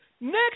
Next